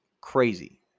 crazy